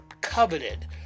coveted